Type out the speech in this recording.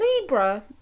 Libra